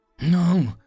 No